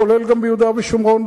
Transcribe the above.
גם ביהודה ושומרון,